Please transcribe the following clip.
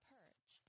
Purge